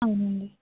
అవునండి